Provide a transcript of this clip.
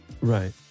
right